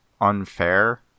unfair